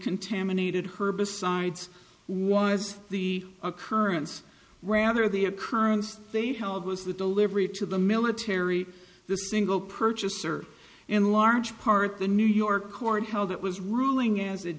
contaminated herbicides was the occurrence rather the occurrence they held was the delivery to the military the single purchaser in large part the new york court how that was ruling as it